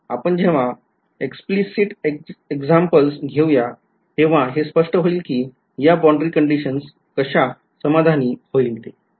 आपण जेव्हा explicit examples घेऊ तेव्हा हे स्पष्ट होईल कि या boundary कंडिशन्स कशा समाधानी होतील ते